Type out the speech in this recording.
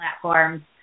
platforms